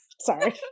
Sorry